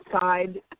side